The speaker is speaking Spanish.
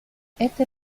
este